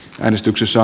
käynnistyksessä